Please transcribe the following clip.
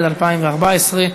התשע"ד 2014,